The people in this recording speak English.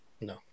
No